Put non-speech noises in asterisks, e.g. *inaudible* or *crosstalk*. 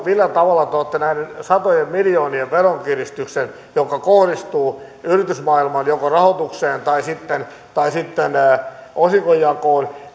*unintelligible* millä tavalla te olette arvioineet tämän satojen miljoonien veronkiristyksen joka kohdistuu joko yritysmaailman rahoitukseen tai sitten tai sitten osingonjakoon